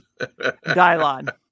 Dylon